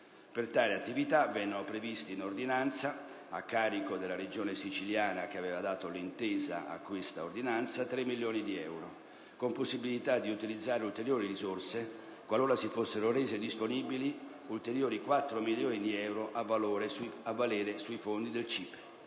Per tali attività vennero previsti in ordinanza, a carico della Regione siciliana che aveva dato l'intesa a questa ordinanza, 3 milioni di euro, con possibilità di utilizzare ulteriori risorse, qualora si fossero resi disponibili ulteriori 4 milioni di euro a valere sui fondi del CIPE.